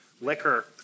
liquor